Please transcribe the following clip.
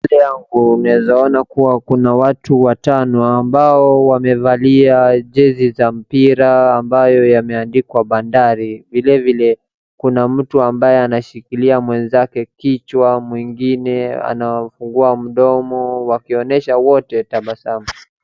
Mbele yangu naweza ona kuna watu watano ambao wamevalia jezi za mpira ambayo yameandikwa bandari, vile vile kuna mtu ambaye anashikilia mwenzake kichwa, mwingine anafungua mdomo wakionesha wote tabasamu.